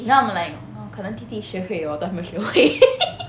then I'm like 可能弟弟学会了我都还没学会